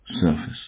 surface